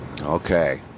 Okay